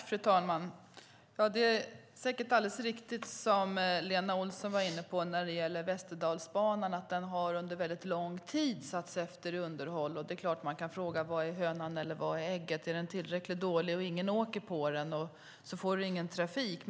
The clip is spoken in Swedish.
Fru talman! Det är säkert alldeles riktigt, som Lena Olsson var inne på, att Västerdalsbanan under väldigt lång tid har haft eftersatt underhåll. Då kan man fråga vad som är hönan och vad som är ägget. Är den tillräckligt dålig och ingen åker på den blir det ingen trafik.